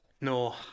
No